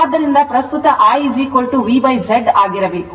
ಆದ್ದರಿಂದ ಪ್ರಸ್ತುತ I VZ ಆಗಿರಬೇಕು